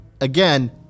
again